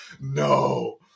no